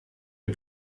les